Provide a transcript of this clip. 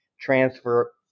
transfer